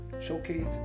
showcase